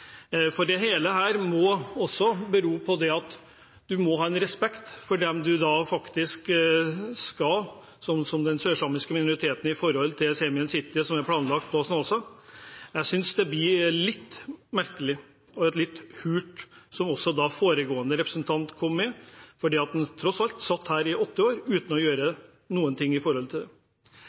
Det hele her må bero på at man må ha en respekt for den sørsamiske minoriteten når det gjelder Saemien Sijte, som er planlagt i Snåsa. Jeg synes det blir litt merkelig og litt hult – det som foregående representant sa. Man satt tross alt her i åtte år uten å gjøre noe med det. Summa summarum synes jeg det som er det aller, aller viktigste i dette, er respekten for urbefolkningen og samene. Det